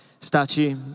statue